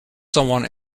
someone